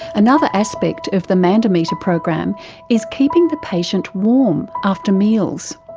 another aspect of the mandometer program is keeping the patient warm after meals.